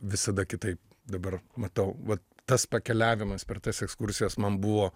visada kitaip dabar matau va tas pakeliavimas per tas ekskursijas man buvo